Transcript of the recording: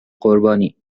قربانی